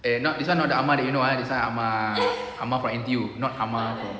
eh not this one not the amar that you know eh this one amar amar from N_T_U not amar from